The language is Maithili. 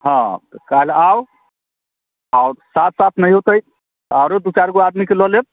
हँ तऽ काल्हि आउ आओर साथ साथ नहि होयतै तऽ आओरो दू चारिगो आदमी कऽ लऽ लेब